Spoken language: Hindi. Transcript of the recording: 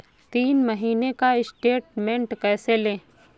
तीन महीने का स्टेटमेंट कैसे लें?